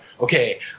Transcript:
okay